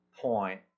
point